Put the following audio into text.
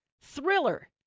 Thriller